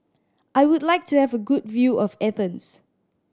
I would like to have a good view of Athens